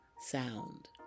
sound